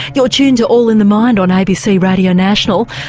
you're tuned to all in the mind on abc radio national,